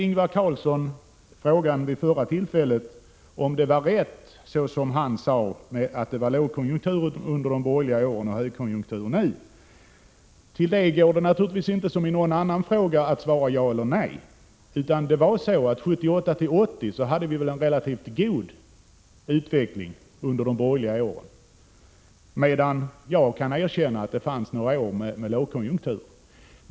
Ingvar Karlsson frågade i sitt tidigare inlägg om det var rätt att det var lågkonjunktur under de borgerliga regeringsåren och högkonjunktur nu. På denna fråga liksom på andra frågor går det inte att svara ja eller nej. Åren 1978-1980 hade vi en relativt god utveckling under den borgerliga regeringsperioden, medan jag kan erkänna att det fanns några år med lågkonjunktur.